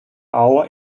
hour